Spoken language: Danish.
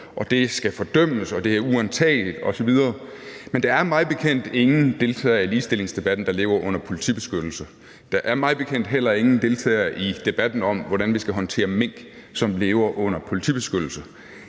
Det skal fordømmes, og det er uantageligt osv., men der er mig bekendt ingen deltagere i ligestillingsdebatten, der lever under politibeskyttelse. Der er mig bekendt heller ingen deltagere i debatten om, hvordan vi skal håndtere mink, som lever under politibeskyttelse.